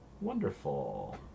Wonderful